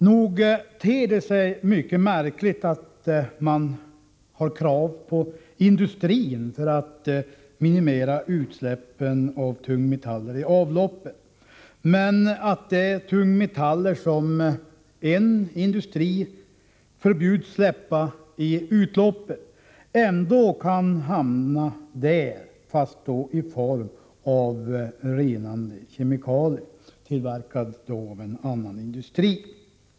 Nog ter det sig mycket märkligt att ställa krav på industrin att minimera utsläppen av tungmetaller i avloppen, då de tungmetaller som en industri förbjuds släppa ut i avloppen ändå kan hamna där fastän då i form av renande kemikalier, tillverkade av en annan industri.